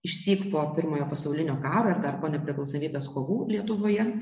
išsyk po pirmojo pasaulinio karo ir dar po nepriklausomybės kovų lietuvoje